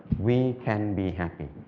we can be happy.